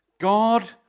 God